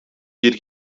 bir